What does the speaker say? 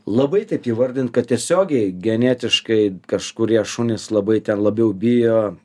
labai taip įvardint kad tiesiogiai genetiškai kažkurie šunys labai ten labiau bijo